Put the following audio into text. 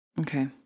Okay